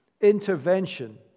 intervention